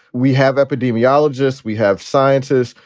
we have epidemiologists, we have scientists,